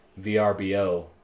VRBO